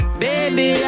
baby